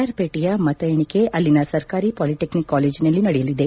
ಆರ್ಪೇಟೆಯ ಮತ ಎಣಿಕೆ ಅಲ್ಲಿನ ಸರ್ಕಾರಿ ಪಾಲಿಟೆಕ್ಟಿಕ್ ಕಾಲೇಜಿನಲ್ಲಿ ನಡೆಯಲಿದೆ